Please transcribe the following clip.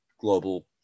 global